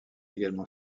également